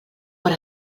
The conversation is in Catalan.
per